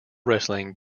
wrestling